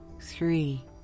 three